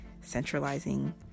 centralizing